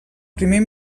primer